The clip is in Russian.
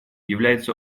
является